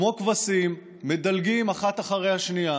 כמו כבשים שמדלגות אחת אחרי השנייה,